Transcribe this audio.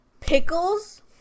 pickles